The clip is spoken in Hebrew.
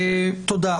תודה.